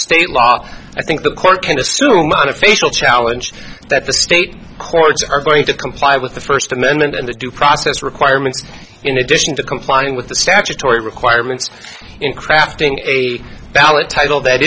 state law i think the court can assume unofficial challenge that the state courts are going to comply with the first amendment and the due process requirements in addition to complying with the statutory requirements in crafting a ballot title that